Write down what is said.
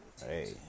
Hey